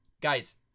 guys